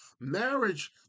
Marriage